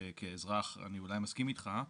שכאזרח אני אולי מסכים איתך,